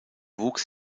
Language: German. wuchs